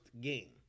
game